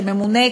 שממונה,